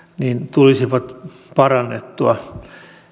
tulisi parannettua